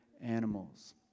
animals